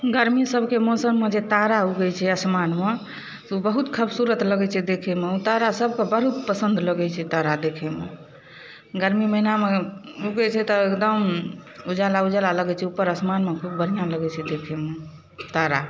गरमी सबके मौसममे जे तारा उगै छै आसमानमे से ओ बहुत खबसूरत लगै छै देखैमे ओ तारासबके बहुत पसन्द लगै छै तारा देखैमे गरमी महिनामे उगै छै तऽ एकदम उजाला उजाला लगै छै उपर आसमानमे खूब बढ़िआँ लगै छै देखैमे तारा